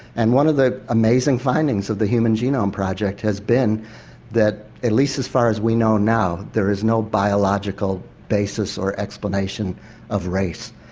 and one of the amazing findings of the human genome project has been that at least as far as we know now, there is no biological basis or explanation of race.